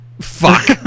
Fuck